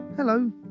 Hello